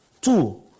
two